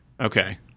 Okay